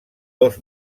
dos